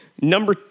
Number